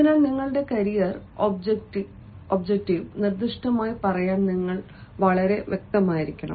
അതിനാൽ നിങ്ങളുടെ career object നിർദ്ദിഷ്ടമായി പറയാൻ നിങ്ങൾ വളരെ വ്യക്തമായിരിക്കണം